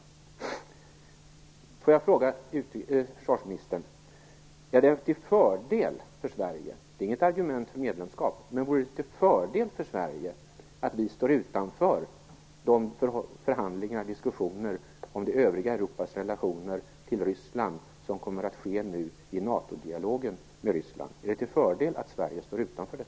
Jag vill också fråga försvarsministern: Är det till fördel för Sverige - det handlar inte om ett argument för medlemskap - att vi står utanför de förhandlingar och diskussioner om det övriga Europas relationer till Ryssland som kommer att ske nu i NATO-dialogen med Ryssland? Är det alltså till fördel att Sverige står utanför där?